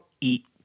eat